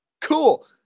Cool